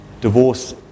divorce